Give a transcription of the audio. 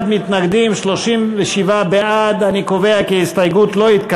התורה, שלי יחימוביץ, יצחק הרצוג, איתן